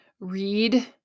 read